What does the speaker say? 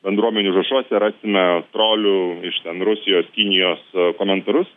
bendruomenių užrašuose rasime trolių iš ten rusijos kinijos komentarus